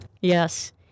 Yes